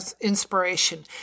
inspiration